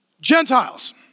Gentiles